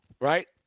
Right